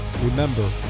Remember